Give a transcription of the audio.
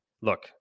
look